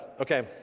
Okay